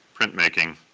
printmaking,